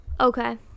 Okay